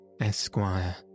Esquire